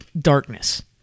darkness